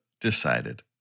decided